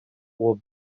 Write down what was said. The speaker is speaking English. will